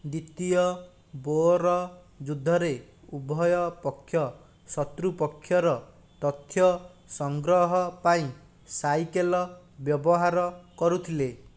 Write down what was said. ଦ୍ୱିତୀୟ ବୋଅର ଯୁଦ୍ଧରେ ଉଭୟ ପକ୍ଷ ଶତ୍ରୁପକ୍ଷର ତଥ୍ୟ ସଂଗ୍ରହ ପାଇଁ ସାଇକେଲ୍ ବ୍ୟବହାର କରୁଥିଲେ